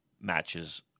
matches